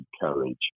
courage